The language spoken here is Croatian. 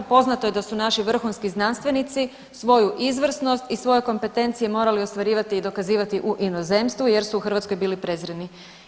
Poznato je da su naši vrhunski znanstvenici svoju izvrsnost i svoje kompetencije morali ostvarivati i dokazivati u inozemstvu jer su u Hrvatskoj bili prezreni.